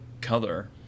color